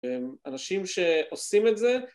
אנשים שעושים את זה